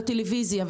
של הטלוויזיה,